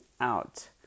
out